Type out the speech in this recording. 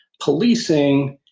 policing,